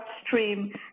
upstream